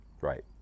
Right